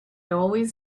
always